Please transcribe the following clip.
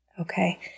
Okay